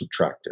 subtractive